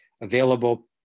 available